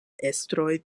estroj